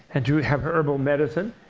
and to have herbal medicine,